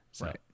Right